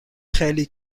خیلی